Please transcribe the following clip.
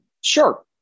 Sure